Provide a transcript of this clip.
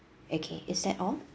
okay is that all